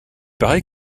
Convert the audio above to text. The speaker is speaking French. paraît